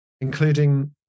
including